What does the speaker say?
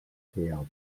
her